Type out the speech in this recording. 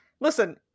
listen